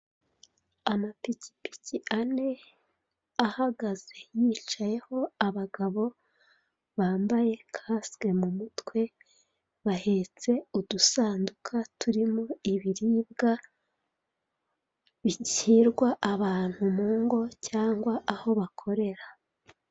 Amapikipiki ane ahagaze, yicayeho abagabo bambaye kasike mu mutwe, bahetse udusanduka turimo ibiribwa; bishyirwa abantu mu ngo cyangwa aho bakorera.